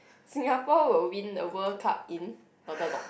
Singapore will win the World Cup in dot dot dot